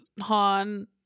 Han